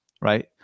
right